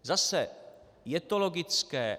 Zase je to logické.